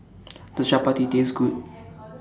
Does Chapati Taste Good